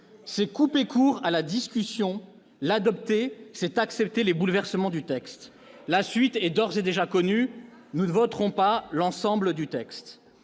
c'est couper court à la discussion ; l'adopter, c'est accepter les bouleversements du texte. La suite est d'ores et déjà connue : nous ne voterons pas l'ensemble du projet